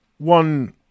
one